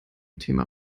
thema